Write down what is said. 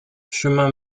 chemin